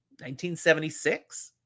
1976